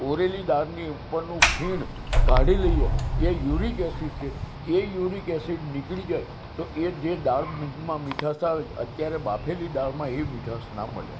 ઓરેલી દાળની ઉપરનું ફીણ કાઢી લઈએ એ યુરિક એસિડ છે એ યુરિક એસિડ નીકળી જાય તો એ જે દાળ માં મીઠાશ આવે અત્યારે બાફેલી દાળમાં એ મીઠાશ ન મળે